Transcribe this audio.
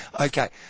Okay